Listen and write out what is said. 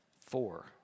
Four